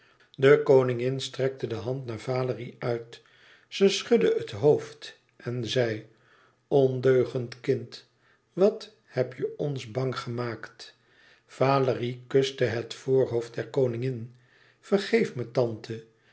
de koningin strekte de hand naar valérie uit ze schudde het hoofd en zei ondeugend kind wat heb je ons bang gemaakt valérie kuste het voorhoofd der koningin vergeef me tante